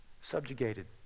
subjugated